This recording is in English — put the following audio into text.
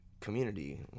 community